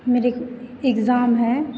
मेरे इक इग्जाम हैं